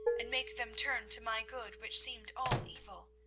and make them turn to my good which seemed all evil.